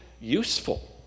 useful